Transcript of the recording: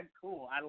Cool